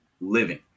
living